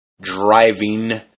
Driving